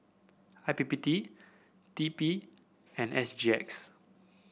I P P T T P and S G X